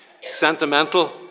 sentimental